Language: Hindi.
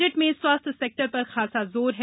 बजट में स्वास्थ्य सेक्टर पर खासा जोर है